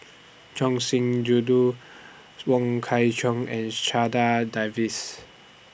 Choor Singh Sidhu Wong Kwei Cheong and Checha Davies